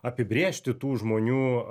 apibrėžti tų žmonių